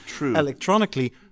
electronically